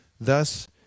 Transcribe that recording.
Thus